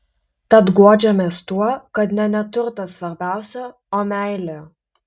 tad guodžiamės tuo kad ne neturtas svarbiausia o meilė